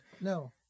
No